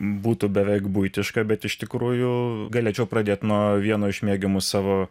būtų beveik buitiška bet iš tikrųjų galėčiau pradėt nuo vieno iš mėgiamų savo